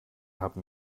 haben